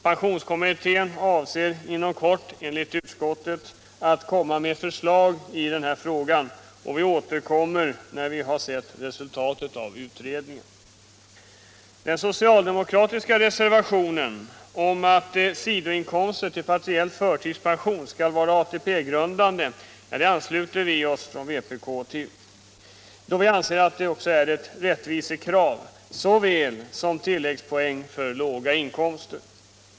Pensionskommittén avser att inom kort, enligt utskottet, framlägga förslag i denna fråga, och vi återkommer när vi har sett resultatet av utredningen. Den socialdemokratiska reservationen om att sidoinkomster till partiell förtidspension skall vara ATP-grundande ansluter vi oss till från vpk:s 67 sida, då vi anser att det är ett rättvisekrav, lika väl som tilläggspoäng för låga inkomster.